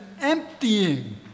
emptying